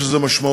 יש לזה משמעויות,